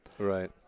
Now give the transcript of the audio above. Right